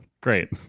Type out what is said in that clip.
Great